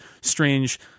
strange